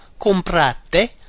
comprate